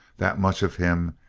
that much of him,